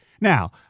Now